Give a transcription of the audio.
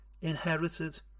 inherited